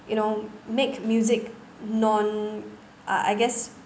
you know make music known uh I guess